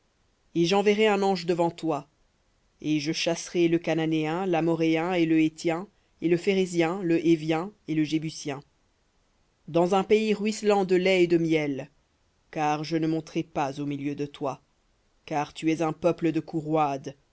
et j'enverrai un ange devant toi et je chasserai le cananéen l'amoréen et le héthien et le phérézien le hévien et le jébusien dans un pays ruisselant de lait et de miel car je ne monterai pas au milieu de toi car tu es un peuple de